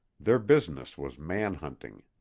their business was man-hunting.